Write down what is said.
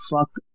fuck